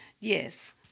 Yes